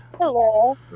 hello